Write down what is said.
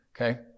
Okay